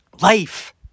life